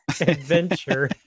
adventure